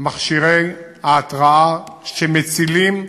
מכשירי התרעה, שמצילים חיים.